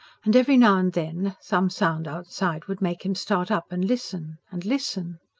and every now and then some sound outside would make him start up and listen. and listen.